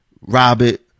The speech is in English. Robert